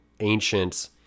ancient